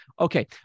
okay